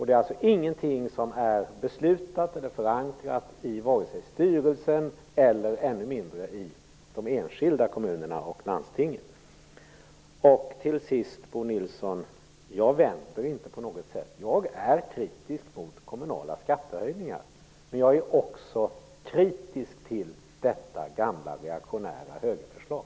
Det är alltså ingenting som är beslutat eller förankrat i vare sig styrelsen eller ännu mindre i de enskilda kommunerna och landstingen. Till sist, Bo Nilsson, vänder jag inte på något sätt. Jag är kritisk mot kommunala skattehöjningar, men jag är också kritisk till detta gamla reaktionära högerförslag.